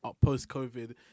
post-COVID